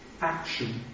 action